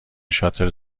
شاتل